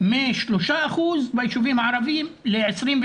מ-3% בישובים הערביים, ל-28%,